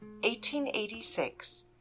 1886